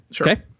okay